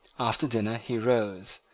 after dinner he rose,